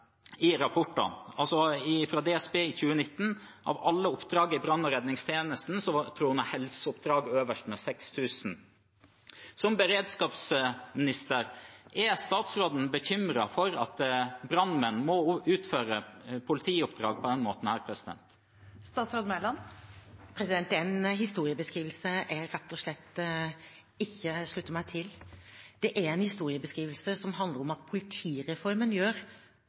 i rapporten fra DSB i 2019 – av alle oppdrag i brann- og redningstjenesten tronet helseoppdrag øverst med 6 000. Er statsråden som beredskapsminister bekymret for at brannmenn må utføre politioppdrag på denne måten? Det er en historiebeskrivelse jeg rett og slett ikke slutter meg til. Det er en historiebeskrivelse som handler om at politireformen gjør